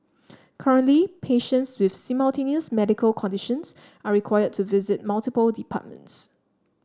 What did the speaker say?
currently patients with simultaneous medical conditions are required to visit multiple departments